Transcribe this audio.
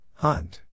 Hunt